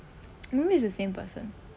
maybe it's the same person